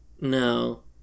No